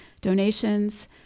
donations